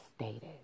stated